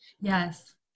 Yes